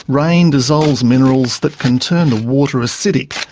rain dissolves minerals that can turn the water acidic,